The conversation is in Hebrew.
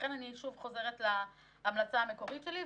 לכן, אני שוב חוזרת להמלצה המקורית שלי.